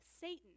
Satan